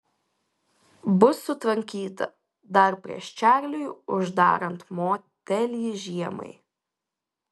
bus sutvarkyta dar prieš čarliui uždarant motelį žiemai